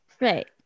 Right